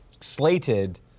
slated